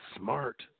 smart